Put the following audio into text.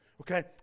Okay